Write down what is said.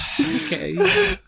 Okay